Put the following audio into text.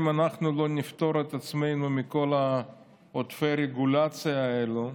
אם אנחנו לא נפטור את עצמנו מכל עודפי הרגולציה האלה,